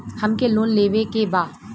हमके लोन लेवे के बा?